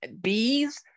bees